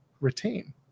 retain